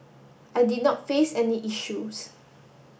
I did not face any issues